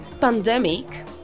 pandemic